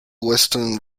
western